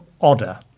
Odder